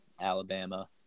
Alabama